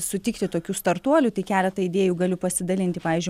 sutikti tokių startuolių tai keletą idėjų galiu pasidalinti pavyzdžiui